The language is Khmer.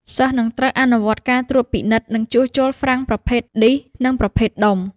សិស្សនឹងត្រូវអនុវត្តការត្រួតពិនិត្យនិងជួសជុលហ្វ្រាំងប្រភេទឌីសនិងប្រភេទដុំ។